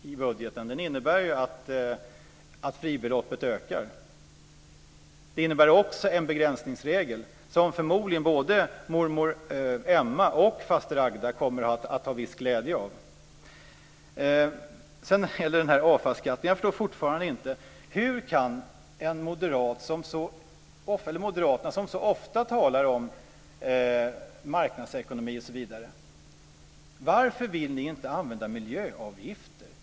Herr talman! Den reform som ligger i budgeten innebär att fribeloppet ökar. Den innebär också en begränsningsregel, som förmodligen både mormor Emma och faster Agda kommer att ha viss glädje av. När det gäller avfallsskatten så förstår jag fortfarande inte varför Moderaterna, som så ofta talar om marknadsekonomi osv., inte vill använda miljöavgifter.